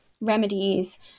remedies